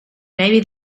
maybe